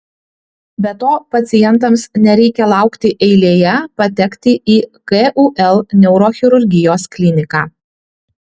be to pacientams nereikia laukti eilėje patekti į kul neurochirurgijos kliniką